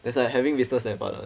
that's why having business damn fun [one]